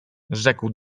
rzekł